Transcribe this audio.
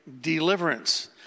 deliverance